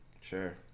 Sure